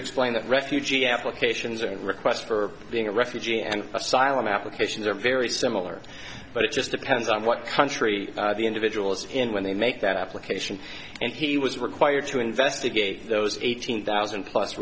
explain that refugee applications or requests for being a refugee and asylum applications are very similar but it just depends on what country the individuals in when they make that application and he was required to investigate those eighteen thousand plus